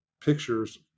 pictures